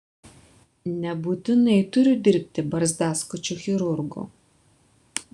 nebūtinai turiu dirbti barzdaskučiu chirurgu